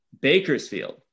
Bakersfield